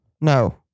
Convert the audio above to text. No